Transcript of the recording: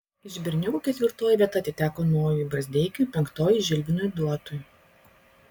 iš berniukų ketvirtoji vieta atiteko nojui brazdeikiui penktoji žilvinui duotui